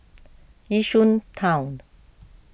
Yishun Town